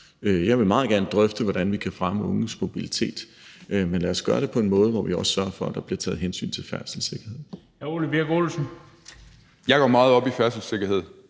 Jeg vil meget gerne drøfte, hvordan vi kan fremme unges mobilitet, men lad os gøre det på en måde, så vi også sørger for, at der bliver taget hensyn til færdselssikkerheden. Kl. 14:08 Den fg. formand